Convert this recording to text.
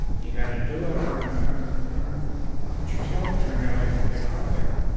you've got to do it or and or put your tail between your legs and get out of there